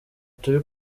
turi